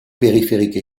périphérique